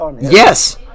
yes